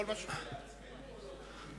דין-וחשבון זה לעצמנו או,